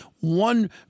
One